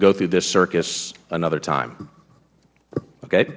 go through this circus another time okay